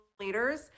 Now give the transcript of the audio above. leaders